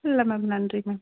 இல்லை மேம் நன்றி மேம்